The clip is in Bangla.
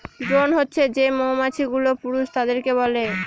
দ্রোন হছে যে মৌমাছি গুলো পুরুষ তাদেরকে বলে